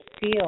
feel